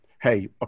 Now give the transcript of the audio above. hey